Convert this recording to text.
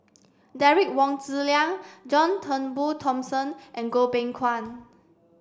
Derek Wong Zi Liang John Turnbull Thomson and Goh Beng Kwan